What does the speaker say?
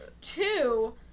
two